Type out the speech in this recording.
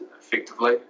effectively